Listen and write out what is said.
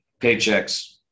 paychecks